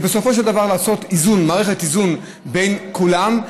זה בסופו של דבר לעשות מערכת איזון בין כולם.